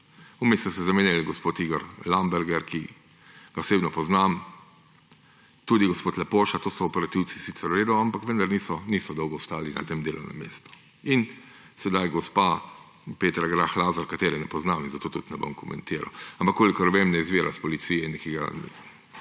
se je zamenjal gospod Igor Lamberger, ki ga osebno poznam, tudi gospod Lepoša, to so sicer v redu operativci, vendar niso dolgo ostali na tem delovnem mestu. In zdaj gospa Petra Grah Lazar, ki je ne poznam in zato tudi ne bom komentiral. Ampak kolikor vem, ne izvira iz Policije in nekega